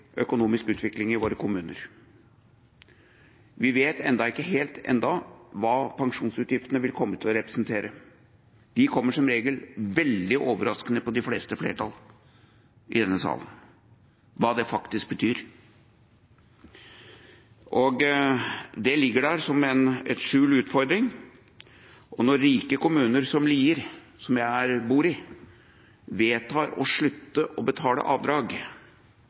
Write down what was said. økonomisk utvikling i våre kommuner. Vi vet ennå ikke helt hva pensjonsutgiftene vil komme til å representere. De kommer som regel veldig overraskende på de fleste flertall i denne salen – hva de faktisk betyr. De ligger der som en skjult utfordring. Når en rik kommune som Lier, som jeg bor i, vedtar å slutte å betale avdrag